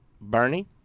Bernie